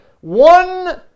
one